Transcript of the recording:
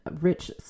rich